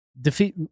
Defeat